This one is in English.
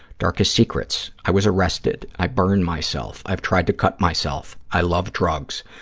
darkest secrets. i was arrested. i burn myself. i've tried to cut myself. i love drugs.